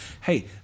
Hey